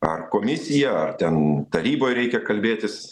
ar komisija ar ten taryboj reikia kalbėtis